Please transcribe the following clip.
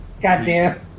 Goddamn